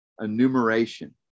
enumeration